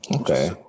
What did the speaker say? Okay